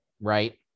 right